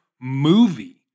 movie